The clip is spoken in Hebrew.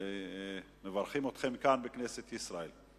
ואנחנו מברכים אתכם כאן בכנסת ישראל.